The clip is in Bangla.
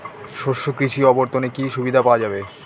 শস্য কৃষি অবর্তনে কি সুবিধা পাওয়া যাবে?